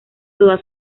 toda